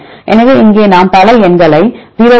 எனவே இங்கே நாம் பல எண்களை 0